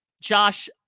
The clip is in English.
Josh